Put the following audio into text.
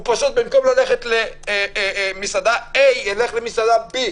במקום ללכת למסעדה א', ילך למסעדה ב'.